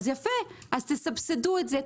אז תסבסדו את זה,